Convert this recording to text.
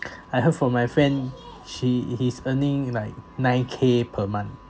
I heard from my friend she he's earning like nine K per month